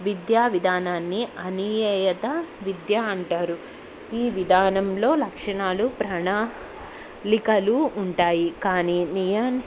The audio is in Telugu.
విద్యా విధానాన్ని అనీవేయత విద్య అంటారు ఈ విధానంలో లక్షణాలు ప్రణాలికలు ఉంటాయి కానీ నియన్